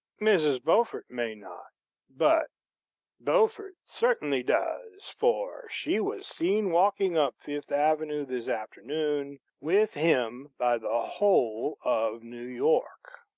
mrs. beaufort may not but beaufort certainly does, for she was seen walking up fifth avenue this afternoon with him by the whole of new york.